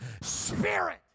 spirit